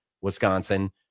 Wisconsin